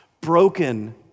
Broken